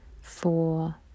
four